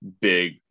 big